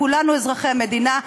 כולנו אזרחי המדינה.